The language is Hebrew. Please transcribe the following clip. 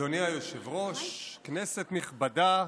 אדוני היושב-ראש, כנסת נכבדה,